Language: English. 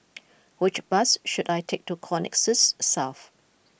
which bus should I take to Connexis South